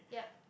yup